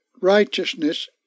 righteousness